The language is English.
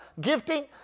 gifting